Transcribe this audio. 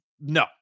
no